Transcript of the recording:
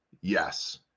Yes